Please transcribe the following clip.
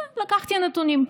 לקחתי נתונים,